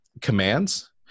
commands